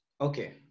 Okay